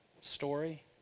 story